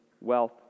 wealth